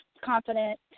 confident